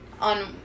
On